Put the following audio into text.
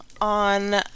on